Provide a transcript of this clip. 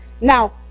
Now